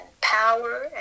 power